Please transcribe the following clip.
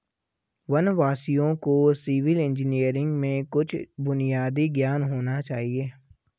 वनवासियों को civil engineering में कुछ बुनियादी ज्ञान होना चाहिए